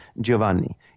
Giovanni